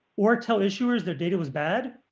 or tell issuers their data was bad.